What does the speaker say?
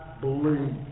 believe